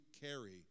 carry